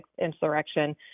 insurrection